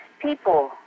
people